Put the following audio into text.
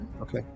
Okay